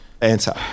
answer